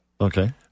Okay